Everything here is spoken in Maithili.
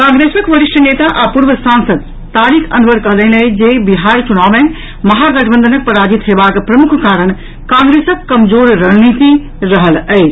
कांग्रेसक वरिष्ठ नेता आ पूर्व सांसद तारिक अनवर कहलनि अछि जे बिहार चुनाव मे महागठबंधनक पराजित हेबाक प्रमुख कारण कांग्रेसक कमजोर रणनीति रहल अछि